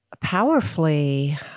powerfully